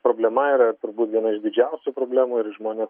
problema yra turbūt viena iš didžiausių problemų ir žmonės